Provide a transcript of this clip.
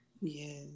yes